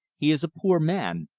he is a poor man.